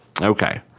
Okay